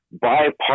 bipartisan